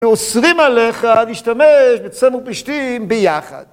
אוסרים עליך להשתמש בצמר ופשתים ביחד.